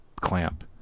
clamp